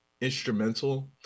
instrumental